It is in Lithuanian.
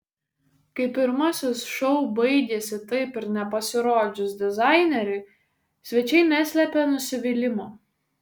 kai pirmasis šou baigėsi taip ir nepasirodžius dizaineriui svečiai neslėpė nusivylimo